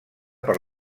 per